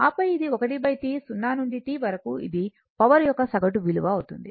ఆపై ఇది 1T 0 నుండి T వరకు ఇది పవర్ యొక్క సగటు విలువ అవుతుంది